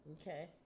okay